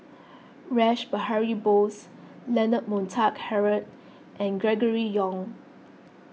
Rash Behari Bose Leonard Montague Harrod and Gregory Yong